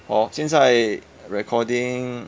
hor 现在 recording